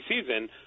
season